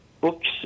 books